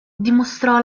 dimostrò